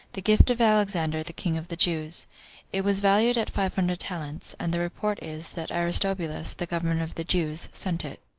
the gift of alexander, the king of the jews it was valued at five hundred talents and the report is, that aristobulus, the governor of the jews, sent it.